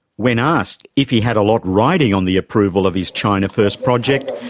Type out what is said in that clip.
when asked if he had a lot riding on the approval of his china first project,